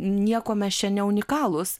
nieko mes čia ne unikalūs